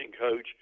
coach